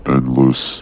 Endless